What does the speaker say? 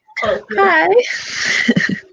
Hi